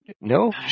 No